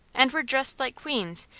and we're dressed liked queens,